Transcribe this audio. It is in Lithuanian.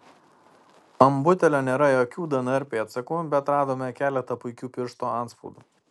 ant butelio nėra jokių dnr pėdsakų bet radome keletą puikių pirštų atspaudų